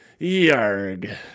Yarg